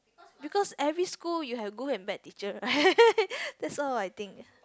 because every school you have good and bad teacher right that's all I think